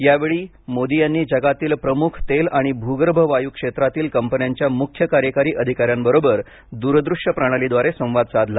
यावेळी मोदी यांनी जगातील प्रमुख तेल आणि भुगर्भ वायू क्षेत्रातील कंपन्यांच्या मुख्य कार्यकारी अधिकाऱ्यांबरोबर द्रदृश्य प्रणालीद्वारे संवाद साधला